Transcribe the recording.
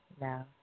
no